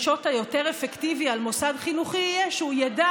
השוט היותר אפקטיבי על מוסד חינוכי יהיה שהוא ידע